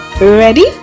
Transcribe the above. ready